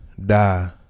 die